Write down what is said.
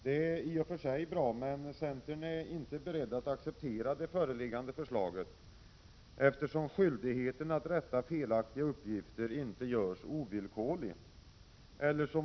Det är i och för sig bra, men centern är inte beredd att acceptera det föreliggande förslaget eftersom skyldigheten att rätta felaktiga uppgifter inte görs ovillkorlig.